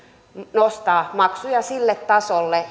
nostaa maksuja sille tasolle